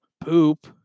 Poop